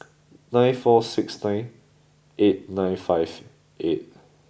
nine four six nine eight nine five eight